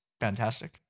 fantastic